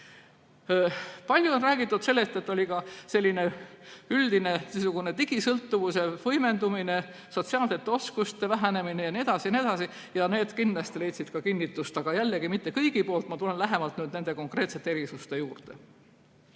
Palju on räägitud sellest, et oli ka üldine digisõltuvuse võimendumine, sotsiaalsete oskuste vähenemine jne. Need kindlasti leidsid ka kinnitust, aga jällegi mitte kõigi poolt. Ma tulen nüüd lähemalt konkreetsete erisuste juurde.